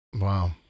Wow